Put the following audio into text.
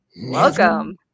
Welcome